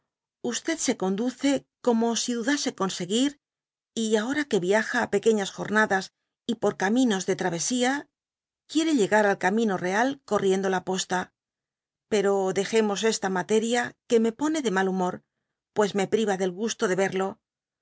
se conduce como si dudase conseguir y ahora que viaja á pequeñas jomadas y por caminos de travesía dby google quiere llegar al camino real corriendo la posta pero dejemos esta materia que me pone de mal humor pues me priva del gusto de verlo